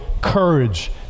Courage